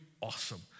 awesome